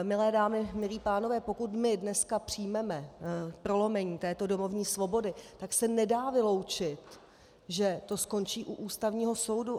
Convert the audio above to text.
Milé dámy, milí pánové, pokud my dneska přijmeme prolomení této domovní svobody, tak se nedá vyloučit, že to skončí u Ústavního soudu.